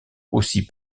aussi